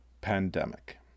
pandemic